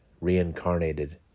reincarnated